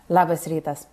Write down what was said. labas rytas